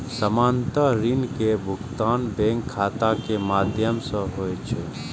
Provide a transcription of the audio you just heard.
सामान्यतः ऋण के भुगतान बैंक खाता के माध्यम सं होइ छै